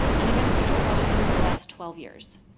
and have been a teacher washington for the last twelve years.